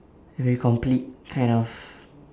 very complete kind of